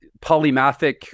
polymathic